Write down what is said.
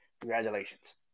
congratulations